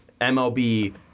MLB